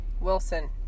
wilson